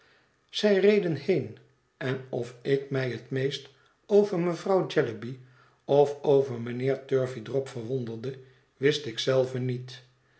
zij reden heen en of ik mij het meest over mevrouw jellyby of over mijnheer turveydrop verwonderde wist ik zelve niet